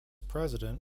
president